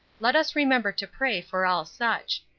let us remember to pray for all such.